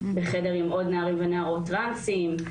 בחדר עם עוד נערים ונערות טרנסים,